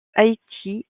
haïti